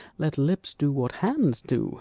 let lips do what hands do